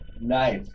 Nice